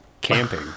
Camping